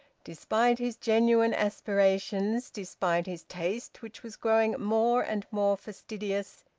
despite his genuine aspirations, despite his taste which was growing more and more fastidious,